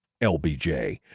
LBJ